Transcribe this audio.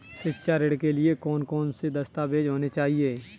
शिक्षा ऋण के लिए कौन कौन से दस्तावेज होने चाहिए?